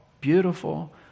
beautiful